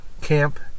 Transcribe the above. camp